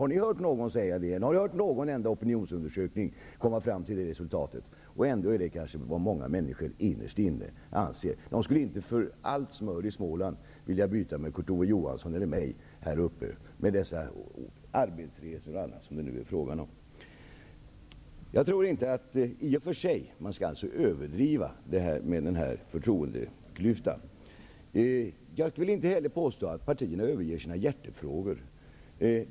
Har ni hört någon säga det? Har ni hört någon enda opinionsundersökning komma fram till det resultatet? Ändå är det kanske vad många människor innerst inne anser. De skulle inte för allt smör i Småland vilja byta med Kurt Ove Johansson eller mig, med dessa arbetsresor och annat som det är fråga om. Jag tror inte att man skall överdriva talet om den här förtroendeklyftan. Jag vill inte heller påstå att partierna överger sina hjärtefrågor.